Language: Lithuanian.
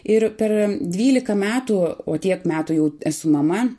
ir per dvylika metų o tiek metų jau esu mama